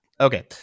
okay